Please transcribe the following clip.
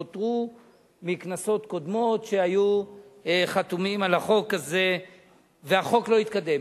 נותרו מכנסות קודמות והיו חתומים על החוק הזה והחוק לא התקדם.